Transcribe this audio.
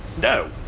No